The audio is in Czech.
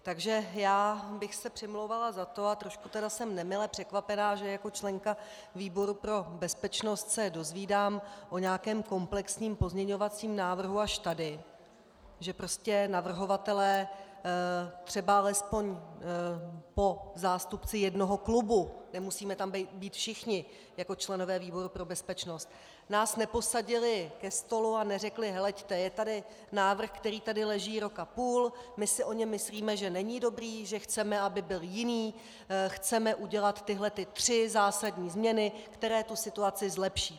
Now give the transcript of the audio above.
Takže bych se přimlouvala za to a trochu jsem nemile překvapena, že jako členka výboru pro bezpečnost se dozvídám o nějakém komplexním pozměňovacím návrhu až tady, že prostě navrhovatelé třeba alespoň po zástupci jednoho klubu, nemusíme tam být všichni jako členové výboru pro bezpečnost, nás neposadili ke stolu a neřekli: Heleďte, je tady návrh, který tady leží rok a půl, my si o něm myslíme, že není dobrý, že chceme, aby byl jiný, chceme udělat tyhle tři zásadní změny, které tu situaci zlepší.